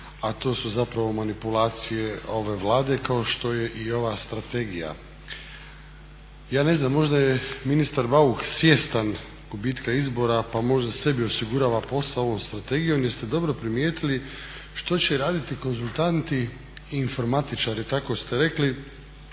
a to su zapravo manipulacije ove Vlade kao što je i ova Strategija. Ja ne znam, možda je ministar Bauk svjestan gubitka izbora pa možda sebi osigurava posao ovom strategijom, jer ste dobro primijetili što će raditi konzultanti i informatičari tako ste rekli